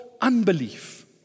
unbelief